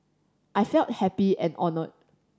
I felt happy and honoured